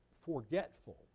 forgetful